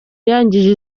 yangije